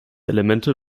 elemente